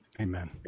Amen